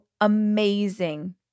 amazing